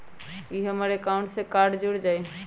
ई हमर अकाउंट से कार्ड जुर जाई?